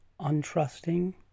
untrusting